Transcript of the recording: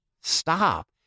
stop